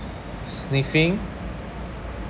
sniffing